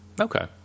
Okay